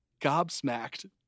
gobsmacked